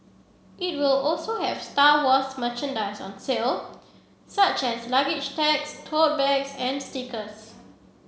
it will also have Star Wars merchandise on sale such as luggage tags tote bags and stickers